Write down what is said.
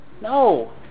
No